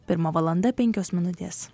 pirma valanda penkios minutės